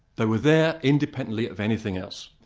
they were there independently of anything else.